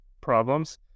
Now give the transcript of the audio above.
problems